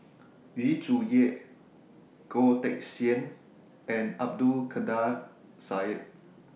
Yu Zhuye Goh Teck Sian and Abdul Kadir Syed